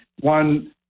One